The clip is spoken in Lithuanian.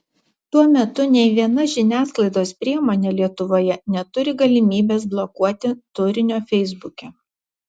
tuo metu nei viena žiniasklaidos priemonė lietuvoje neturi galimybės blokuoti turinio feisbuke